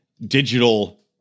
digital